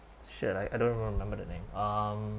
shit I I don't even remember the name um